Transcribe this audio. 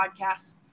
podcasts